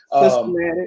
systematic